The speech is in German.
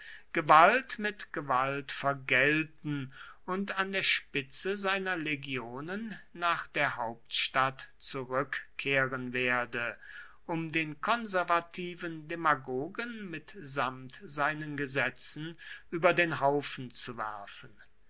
gewalt mit gewalt vergelten und an der spitze seiner legionen nach der hauptstadt zurückkehren werde um den konservativen demagogen mitsamt seinen gesetzen über den haufen zu werfen